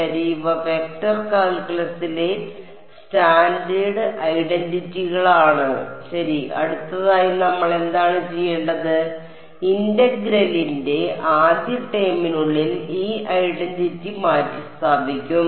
ശരി ഇവ വെക്റ്റർ കാൽക്കുലസിലെ സ്റ്റാൻഡേർഡ് ഐഡന്റിറ്റികളാണ് ശരി അടുത്തതായി നമ്മൾ എന്താണ് ചെയ്യേണ്ടത് ഇന്റഗ്രലിന്റെ ആദ്യ ടേമിനുള്ളിൽ ഈ ഐഡന്റിറ്റി മാറ്റിസ്ഥാപിക്കും